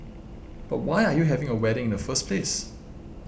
but why are you having a wedding in the first place